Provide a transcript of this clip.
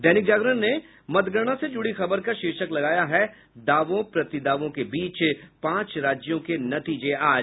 दैनिक जागरण ने मतगणना से जुड़ी खबर का शीर्षक लगाया है दावों प्रति दावों के बीच पांच राज्यों के नतीजें आज